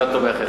הממשלה תומכת.